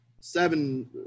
Seven